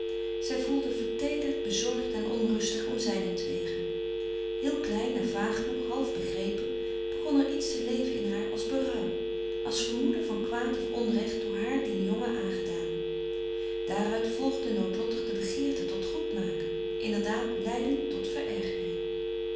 zij voelde verteederd bezorgd en onrustig om zijnentwege heel klein en vaag nog half begrepen frederik van eeden van de koele meren des doods begon er iets te leven in haar als berouw als vermoeden van kwaad of onrecht door haar dien jongen aangedaan daaruit volgde noodlottig de begeerte tot goed maken inderdaad leidend tot